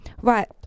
Right